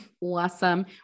Awesome